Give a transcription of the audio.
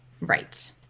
Right